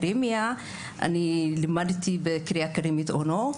ובעברי גם לימדתי במחלקת חינוך בקריה האקדמית אונו.